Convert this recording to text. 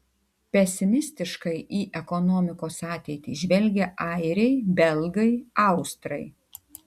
pesimistiškai į ekonomikos ateitį žvelgia airiai belgai austrai